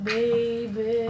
Baby